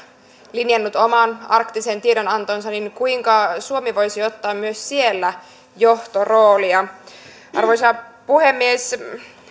linjannut oman arktisen tiedonantonsa kuinka suomi voisi ottaa myös siellä johtoroolia arvoisa puhemies